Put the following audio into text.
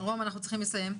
אנחנו צריכים לסיים.